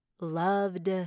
loved